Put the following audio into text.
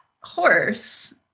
horse